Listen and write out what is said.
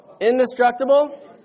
indestructible